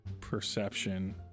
perception